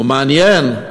מעניין,